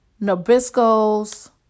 Nabisco's